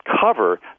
cover